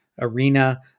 arena